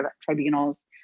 tribunals